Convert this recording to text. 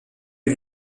eut